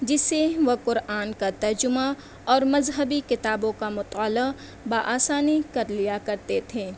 جس سے وہ قرآن کا ترجمہ اور مذہبی کتابوں کا مطالعہ باآسانی کر لیا کرتے تھے